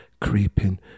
Creeping